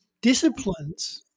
disciplines